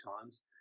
times